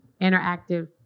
interactive